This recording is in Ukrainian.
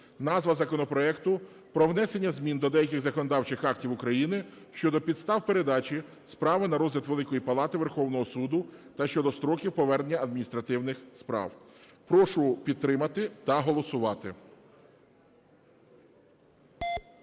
назва законопроекту: про внесення змін до деяких законодавчих актів України щодо підстав передачі справи на розгляд Великої Палати Верховного Суду та щодо строків повернення адміністративних справ. Прошу підтримати та голосувати.